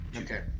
Okay